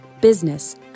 business